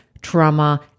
trauma